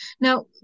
now